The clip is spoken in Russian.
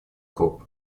групп